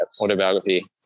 autobiography